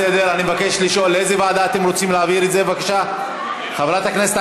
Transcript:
להצעות לסדר-היום ולהעביר את הנושא לוועדה שתקבע